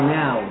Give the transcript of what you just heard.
now